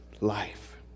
life